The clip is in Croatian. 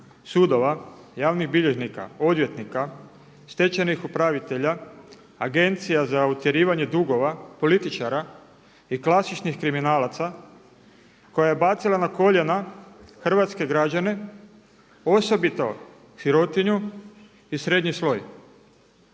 sudova, javnih bilježnika, odvjetnika, stečajnih upravitelja, agencija za utjerivanje dugova, političara i klasičnih kriminalaca koja je bacila na koljena hrvatske građane osobito sirotinju i srednji sloj.